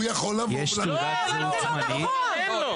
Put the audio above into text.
אין לו.